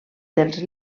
dels